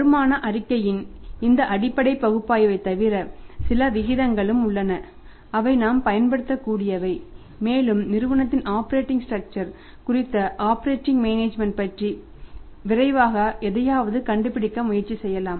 வருமான அறிக்கையின் இந்த அடிப்படை பகுப்பாய்வைத் தவிர சில விகிதங்களும் உள்ளன அவை நாம் பயன்படுத்தக்கூடியவை மேலும் நிறுவனத்தின் ஆப்பரேட்டிங் ஸ்ட்ரக்சர் பற்றி விரைவாக எதையாவது கண்டுபிடிக்க முயற்சி செய்யலாம்